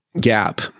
gap